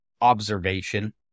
observation